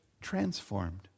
transformed